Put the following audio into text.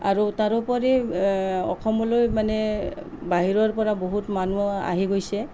আৰু তাৰোপৰি অসমলৈ মানে বাহিৰৰ পৰা বহুত মানুহ আহি গৈছে